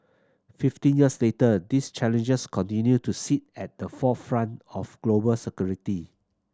fifteen years later these challenges continue to sit at the forefront of global security